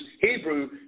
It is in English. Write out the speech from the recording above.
Hebrew